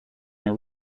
her